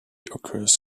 occurs